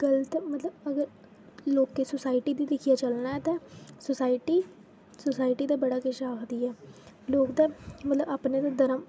गलत मतलब अगर लोकें सोसाइटी गी दिक्खियै चलना ऐ ते सोसाइटी सोसाइटी ते बड़ा किश आखदी ऐ लोक ते मतलब अपने धर्म